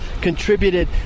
contributed